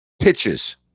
pitches